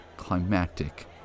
climactic